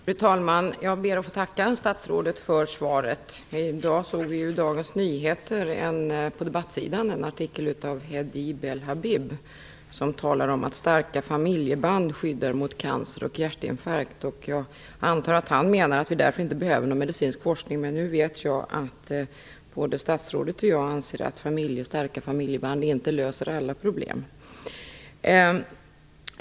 Fru talman! Jag ber att få tacka statsrådet för svaret. På debattsidan i dagens Dagens Nyheter var det en artikel av Hedi Bel Habib som talar om att starka familjeband skyddar mot cancer och hjärtinfarkt. Jag antar att han menar att vi därför inte behöver någon medicinsk forskning. Men jag vet att både statsrådet och jag anser att starka familjeband inte löser alla problem.